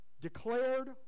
declared